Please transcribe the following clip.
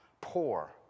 poor